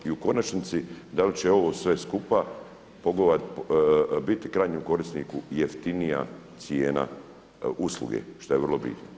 I u konačnici, da li će ovo sve skupa biti krajnjem korisniku jeftinija cijena usluge, što je vrlo bitno?